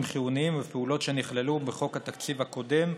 חיוניים ופעולות שנכללו בחוק התקציב הקודם,